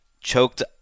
choked